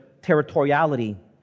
territoriality